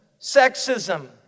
sexism